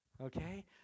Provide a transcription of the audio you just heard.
okay